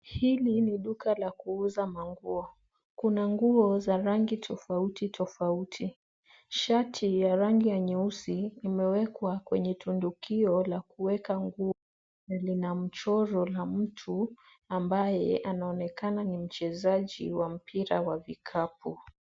Hili ni duka la kuuza nguo. Kuna nguo za rangi tofauti tofauti, shati ya rangi nyeusi imewekwa kwenye tundukio la kuweka nguo Na kina mchoro wa mtu ambaye anaonekana ni mchezaji wa mpira wa kikapu.